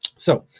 so,